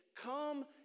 Come